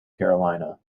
carolina